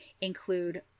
include